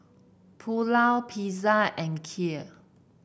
Pulao Pizza and Kheer